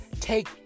take